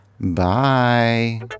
bye